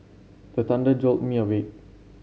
the thunder jolt me awake